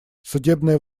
судебная